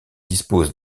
dispose